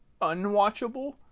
unwatchable